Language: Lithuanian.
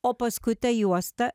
o paskui ta juosta